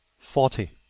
forty.